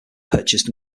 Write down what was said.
purchased